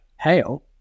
hail